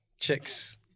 chicks